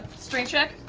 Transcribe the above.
strength check?